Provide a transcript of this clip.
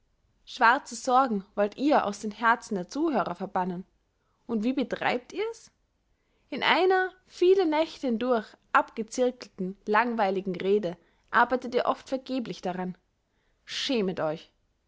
schwarze sorgen wollt ihr aus den herzen der zuhörer verbannen und wie betreibt ihr's in einer viele nächte hindurch abgezirkelten langweiligen rede arbeitet ihr oft vergeblich daran schämet euch